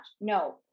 No